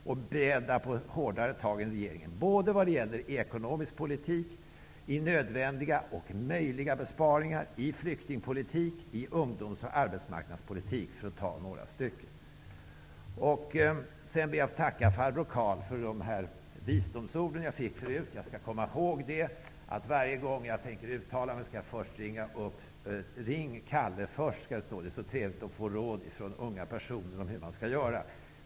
Vi är beredda på hårdare tag än vad regeringen är när det gäller ekonomisk politik med nödvändiga och möjliga besparingar, flyktingpolitik samt ungdoms och arbetsmarknadspolitik, för att nämna några områden. Jag ber att få tacka farbror Carl för de visdomsord som jag fick förut. Varje gång jag tänker uttala mig skall jag komma ihåg: Ring Calle först! Det är så trevligt att få råd ifrån unga personer om hur man skall göra.